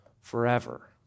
forever